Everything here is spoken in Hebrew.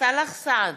סאלח סעד,